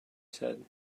said